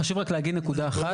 חשוב רק להגיד נקודה אחת.